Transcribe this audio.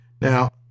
Now